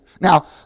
Now